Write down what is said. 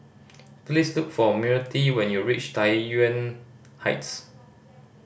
please look for Myrtie when you reach Tai Yuan Heights